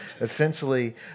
essentially